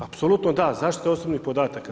Apsolutno da, zaštita osobnih podataka.